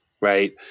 Right